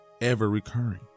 ever-recurring